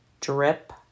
drip